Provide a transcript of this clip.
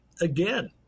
again